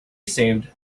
saved